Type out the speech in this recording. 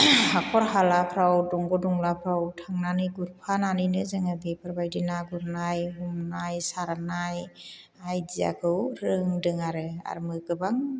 हाखर हालाफोराव दंग' दंलाफ्राव थांनानै गुरफानानैनो जोङो बेफोरबायदि ना गुरनाय हमनाय सारनाय आयडियाखौ रोंदों आरो आरो गोबां